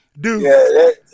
Dude